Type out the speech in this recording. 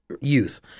youth